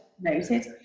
Noted